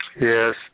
yes